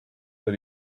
that